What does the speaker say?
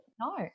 No